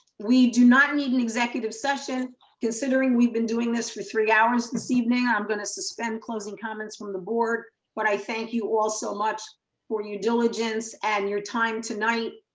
we do not need an executive session considering we've been doing this for three hours this evening, i'm gonna suspend closing comments from the board but i thank you all so much for your diligence and your time tonight.